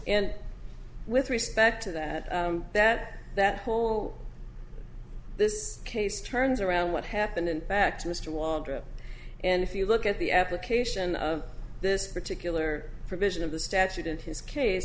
and with respect to that that that whole this case turns around what happened in fact mr waldron and if you look at the application of this particular provision of the statute in his case